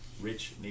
Rich